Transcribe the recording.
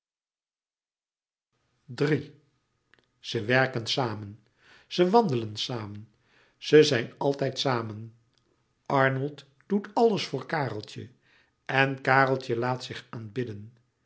ze werken samen ze wandelen samen ze zijn altijd samen arnold doet alles voor kareltje en kareltje laat zich aanbidden